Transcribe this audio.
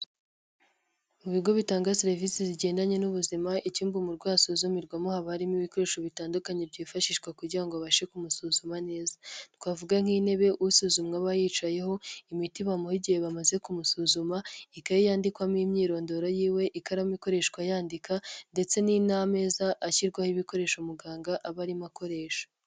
Mu bigo bitanga serivisi zigendanye n'ubuzima, icyumba umurwayi asuzumirwamo haba harimo ibikoresho bitandukanye byifashishwa kugira ngo babashe kumusuzuma neza, twavuga nk'intebe usuzumwa aba yicayeho, imiti bamuha igihe bamaze kumusuzuma, ikaye yandikwamo imyirondoro yiwe, ikaramu ikoreshwa yandika ndetse ni n'ameza ashyirwaho ibikoresho muganga aba arimo akoresha.